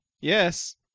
Yes